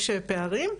יש פערים,